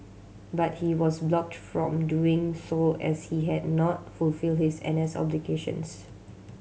but he was blocked from doing so as he had not fulfilled his N S obligations